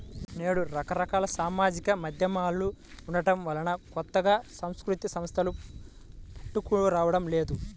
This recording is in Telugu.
నేడు రకరకాల సామాజిక మాధ్యమాలు ఉండటం వలన కొత్తగా సాంస్కృతిక సంస్థలు పుట్టుకురావడం లేదు